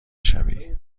شوی